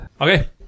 Okay